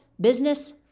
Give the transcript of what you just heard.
business